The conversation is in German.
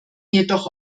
jedoch